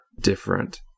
different